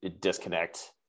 disconnect